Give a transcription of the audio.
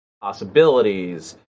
possibilities